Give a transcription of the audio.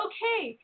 Okay